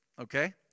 Okay